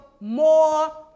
more